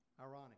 Ironic